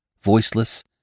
voiceless